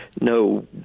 no